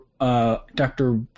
Dr